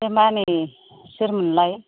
ए नानि सोरमोनलाय